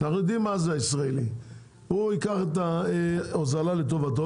אנחנו יודעים מה זה "הישראלי": הוא ייקח את ההוזלה לטובתו,